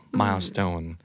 milestone